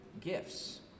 gifts